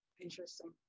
Interesting